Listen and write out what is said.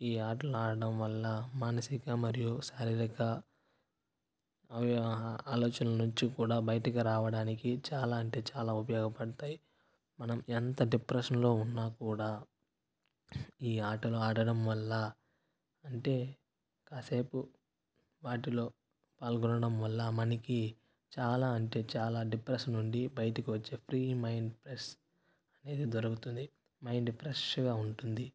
ఈ ఆటలు ఆడటం వల్ల మానసిక మరియు శారీరక అవయవ ఆలోచనల నుంచి కూడా బయటికి రావడానికి చాలా అంటే చాలా ఉపయోగపడతాయి మనం ఎంత డిప్రెషన్లో ఉన్నా కూడా ఈ ఆటలు ఆడడం వల్ల అంటే కాసేపు వాటిలో పాల్గొనడం వల్ల మనకి చాలా అంటే చాలా డిప్రెషన్ నుండి బయటకు వచ్చే ఫ్రీ మైండ్ ఫ్రెష్ అనేది దొరుకుతుంది మైండ్ ఫ్రెష్గా ఉంటుంది